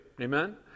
Amen